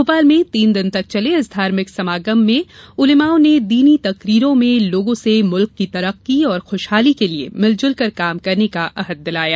भोपाल में तीन दिन तक चले इस धार्मिक समागम में उलेमाओं ने दीनी तकरीरों में लोगों से मुल्क की तरक्की और खुशहाली के लिए मिलजुलकर काम करने का अहद दिलाया